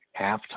halftime